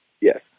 Yes